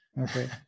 Okay